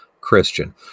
Christian